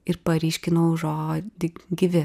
ir paryškinau žodį gyvi